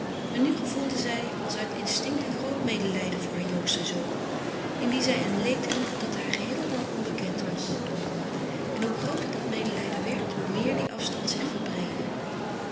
maar nu gevoelde zij als uit instinct een groot medelijden voor haar jongsten zoon in wien zij een leed ried dat haar geheel en al onbekend was en hoe grooter dat medelijden werd hoe meer die afstand zich verbreedde